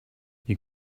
you